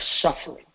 suffering